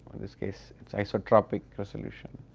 in this case it is isotropic resolution,